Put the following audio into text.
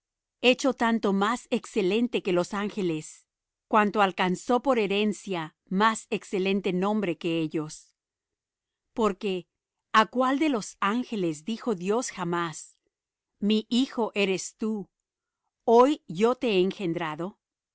hecho tanto más excelente que los ángeles cuanto alcanzó por herencia más excelente nombre que ellos porque á cuál de los ángeles dijo dios jamás mi hijo eres tú hoy yo te he engendrado